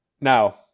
Now